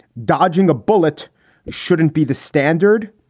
dodging a bullet shouldn't be the standard.